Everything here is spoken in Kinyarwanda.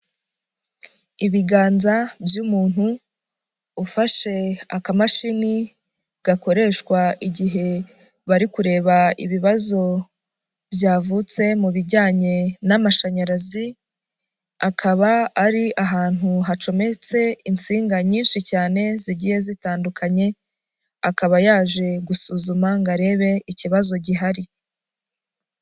Ibiganza by'umuntu ufashe akamashini gakoreshwa igihe bari kureba ibibazo byavutse mu bijyanye n'amashanyarazi, akaba ari ahantu hacometse insinga nyinshi cyane zigiye zitandukanye, akaba yaje gusuzuma ngo arebe ikibazo gihari.